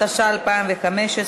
התשע"ה 2015,